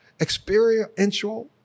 experiential